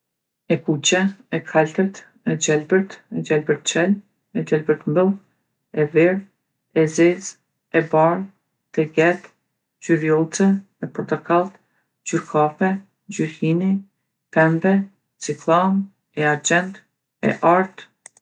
E kuqe, e kaltërt, e gjelbërt, e gjelbër qeltë, e gjelbër mbylltë, e verdhë, e zezë, e bardhë, teget, ngjyrë vjollce, e portokalltë, ngjyrë kafe, ngjyre hini, pembe, cikllamë, e argjentë, e artë.